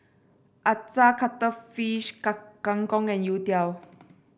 acar cuttlefish kang Kang Kong and youtiao